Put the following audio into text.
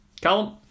Callum